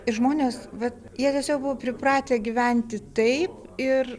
ir žmonės vat jie tiesiog buvo pripratę gyventi taip ir